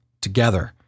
together